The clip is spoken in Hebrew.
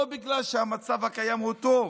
לא בגלל שהמצב הקיים הוא טוב,